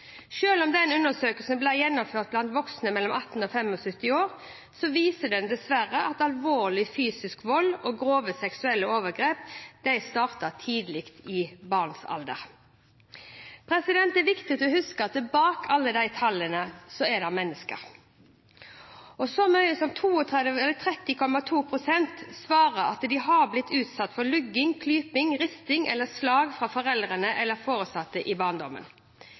om denne undersøkelsen ble gjennomført blant voksne mellom 18 og 75 år, viser den dessverre at alvorlig fysisk vold og grove seksuelle overgrep starter i tidlig barnealder. Det er viktig å huske at bak alle disse tallene, er det mennesker. Så mye som 30,2 pst. svarer at de har blitt utsatt for lugging, klyping, risting eller slag fra foreldre eller foresatte i barndommen.